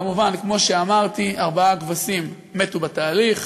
כמובן, כמו שאמרתי, ארבע כבשים מתו בתהליך.